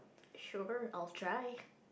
sure I'll drive